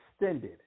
extended